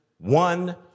One